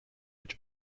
which